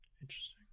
Interesting